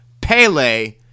Pele